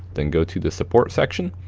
then go to the support section.